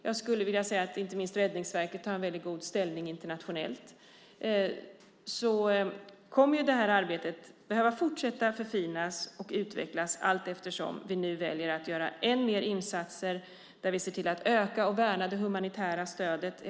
Jag skulle vilja säga att inte minst Räddningsverket har en väldigt god ställning internationellt. Även om Sverige nu ligger i framkant i många av diskussionerna kommer det här arbetet att behöva fortsätta att förfinas och utvecklas allteftersom vi nu väljer att göra ännu fler insatser där vi ser till att öka och värna det humanitära stödet.